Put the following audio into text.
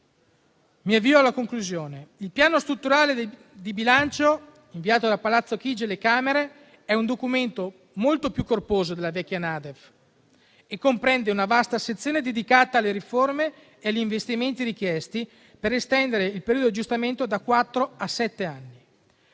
Il Piano strutturale di bilancio inviato da Palazzo Chigi alle Camere è un documento molto più corposo della vecchia NADEF e comprende una vasta sezione dedicata alle riforme e agli investimenti richiesti per estendere il periodo di aggiustamento da quattro